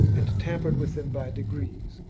and tampered with them by degrees.